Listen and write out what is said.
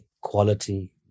quality